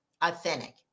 authentic